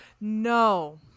No